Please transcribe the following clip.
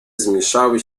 zmieszały